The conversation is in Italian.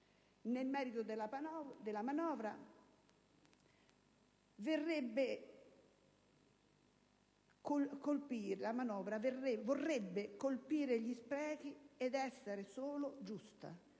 Nel merito, la manovra vorrebbe colpire gli sprechi ed essere solo giusta,